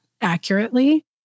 accurately